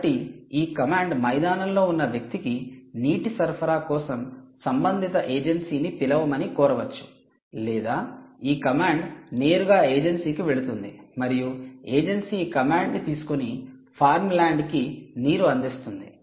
కాబట్టి ఈ కమాండ్ మైదానంలో ఉన్న వ్యక్తికి నీటి సరఫరా కోసం సంబంధిత ఏజెన్సీని పిలవమని కోరవచ్చు లేదా ఈ కమాండ్ నేరుగా ఏజెన్సీ కి వెళ్తుంది మరియు ఏజెన్సీ ఈ కమాండ్ని తీసుకొని ఫార్మ్ ల్యాండ్ కి నీరు అందిస్తుంది